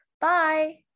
Bye